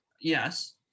Yes